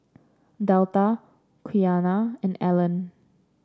Delta Quiana and Allen